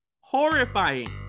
horrifying